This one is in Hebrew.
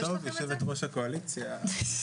נעה, תתחילי בבקשה.